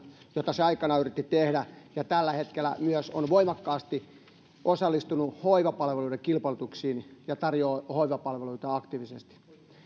jota se aikanaan yritti tehdä ja tällä hetkellä se on voimakkaasti osallistunut myös hoivapalveluiden kilpailutuksiin ja tarjoaa hoivapalveluita aktiivisesti